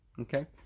Okay